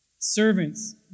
Servants